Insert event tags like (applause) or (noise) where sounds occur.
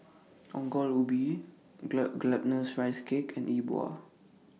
Ongol Ubi (unintelligible) Glutinous Rice Cake and E Bua